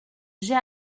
j’ai